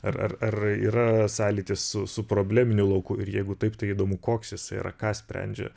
ar ar ar yra sąlytis su su probleminiu lauku ir jeigu taip tai įdomu koks jisai yra ką sprendžia